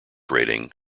rating